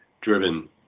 driven